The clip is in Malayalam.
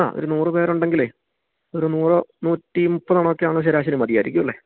ആ ഒരു നൂറ് പേരുണ്ടെങ്കിലേ ഒരു നൂറ് നൂറ്റിമുപ്പത് ഒക്കെയാണ് ശരാശരി മതിയായിരിക്കും അല്ലേ